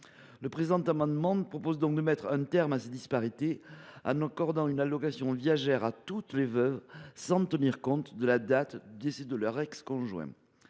le présent amendement, nous proposons de mettre un terme à ces disparités en accordant une allocation viagère à toutes les veuves, sans tenir compte de la date de décès de leur conjoint.